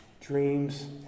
dreams